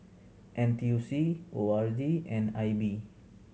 N T U C O R D and I B